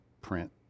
print